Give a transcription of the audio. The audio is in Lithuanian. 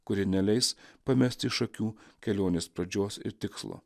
kuri neleis pamesti iš akių kelionės pradžios ir tikslo